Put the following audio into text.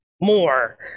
more